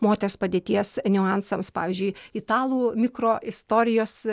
moters padėties niuansams pavyzdžiui italų mikroistorijos